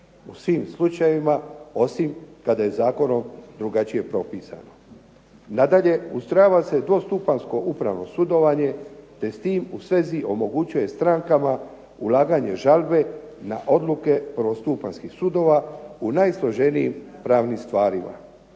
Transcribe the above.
u svim slučajevima osim kada je zakonom drugačije propisano. Nadalje, ustrojava se dvostupanjsko upravno sudovanje, te s tim u svezi omogućuje strankama ulaganje žalbe na odluke prvostupanjskih sudova u najsloženijim pravnim stvarima